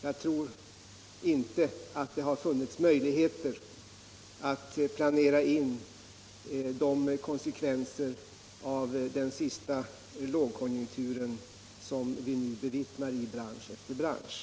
Jag tror inte att det har funnits möjligheter att planera in de konsekvenser av den sista lågkonjunkturen som vi nu bevittnar i bransch efter bransch.